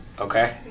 Okay